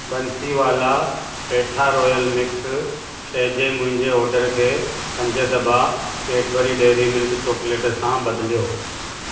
Bansiwala petha royal mix शइ जे मुंहिंजे ऑडर खे पंज दब्बा कैडबरी डेयरी मिल्क चॉकलेट सां बदिलियो